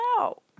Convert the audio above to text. out